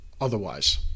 otherwise